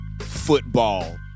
football